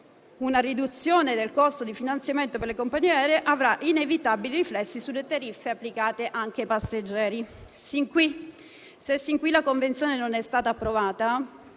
una riduzione del costo di finanziamento per le compagnie aeree avrà inevitabili riflessi sulle tariffe applicate ai passeggeri. Se sin qui la convenzione non è stata approvata,